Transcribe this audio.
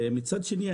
מצד שני,